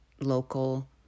local